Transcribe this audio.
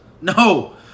No